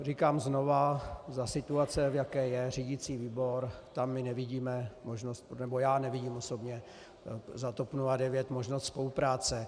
Říkám znova, za situace, v jaké je řídicí výbor, tam my nevidíme možnost, nebo já nevidím osobně za TOP 09 možnost spolupráce.